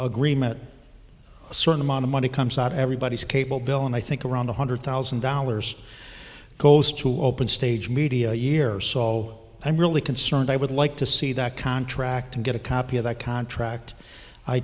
agreement a certain amount of money comes out everybody's cable bill and i think around one hundred thousand dollars goes to open stage media a year so i'm really concerned i would like to see that contract and get a copy of that contract i